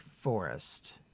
forest